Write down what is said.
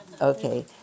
okay